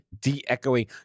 de-echoing